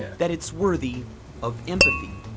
that it's worthy of empathy.